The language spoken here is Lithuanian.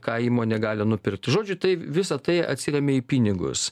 ką įmonė gali nupirkt žodžiu tai visa tai atsiremia į pinigus